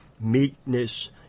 meekness